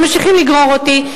ממשיכים לגרור אותי,